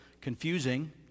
confusing